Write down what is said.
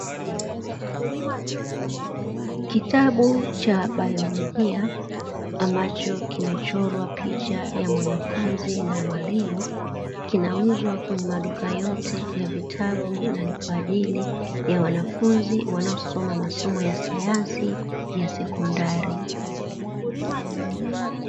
Kitabu cha biolojia ambacho kimechorwa picha ya mwanafunzi na mwalimu, kinauzwa kwenye maduka yote ya vitabu na ni kwa ajili ya wanafunzi wanaosoma masomo ya sayansi ya sekondari.